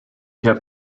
have